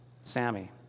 Sammy